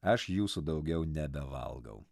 aš jūsų daugiau nebevalgau